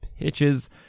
pitches